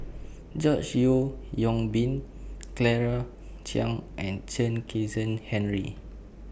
George Yeo Yong Boon Claire Chiang and Chen Kezhan Henri